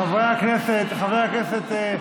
חברי הכנסת.